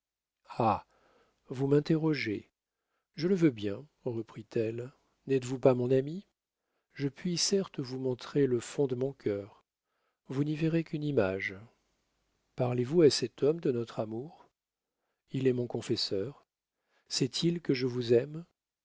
vous m'interrogez je le veux bien reprit-elle n'êtes-vous pas mon ami je puis certes vous montrer le fond de mon cœur vous n'y verrez qu'une image parlez-vous à cet homme de notre amour il est mon confesseur sait-il que je vous aime